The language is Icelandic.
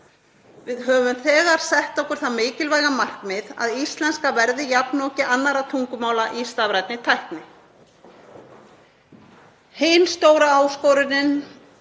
Við höfum þegar sett okkur það mikilvæga markmið að íslenska verði jafnoki annarra tungumála í stafrænni tækni. Hin stóra áskorunin